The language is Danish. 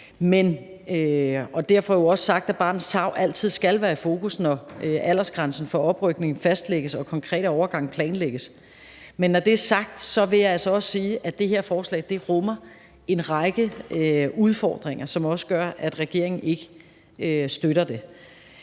og dermed også sagt, at barnets tarv altid skal være i fokus, når aldersgrænsen for oprykning fastlægges og den konkrete overgang planlægges. Men når det er sagt, vil jeg altså også sige, at det her forslag rummer en række udfordringer, som også gør, at regeringen ikke støtter det.